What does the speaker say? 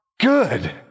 good